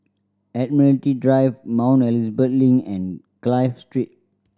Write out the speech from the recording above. Admiralty Drive Mount Elizabeth Link and Clive Street